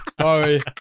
Sorry